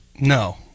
No